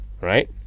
right